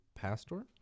pastor